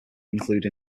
include